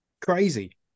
crazy